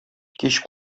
кич